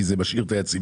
כי זה משאיר את היציבות.